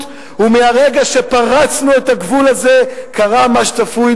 ומהרגע שפרצנו את הגבול הזה קרה מה שצפוי,